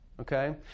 Okay